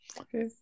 Okay